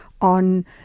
on